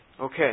Okay